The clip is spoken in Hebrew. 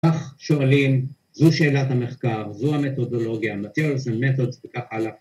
שלום כיתה ז10 ו ז11 מה שלומכם היום? הצלחתם עם התרגיל?